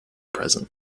present